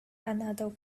another